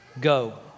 go